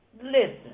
Listen